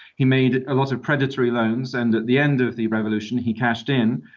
he made a lot of predatory loans, and at the end of the revolution he cashed in,